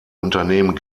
unternehmen